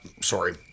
Sorry